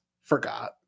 forgot